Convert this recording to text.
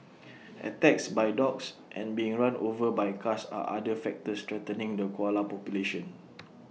attacks by dogs and being run over by cars are other factors threatening the koala population